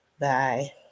Bye